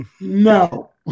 No